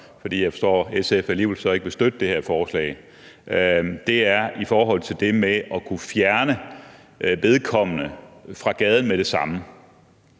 for jeg forstår, at SF så alligevel ikke vil støtte det her forslag – er i forhold til det med at kunne fjerne vedkommende fra gaden med det samme.